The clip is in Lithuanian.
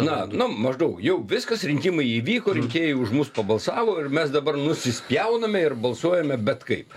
na na maždaug jau viskas rinkimai įvyko rinkėjai už mus pabalsavo ir mes dabar nusispjauname ir balsuojame bet kaip